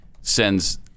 sends